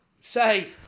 say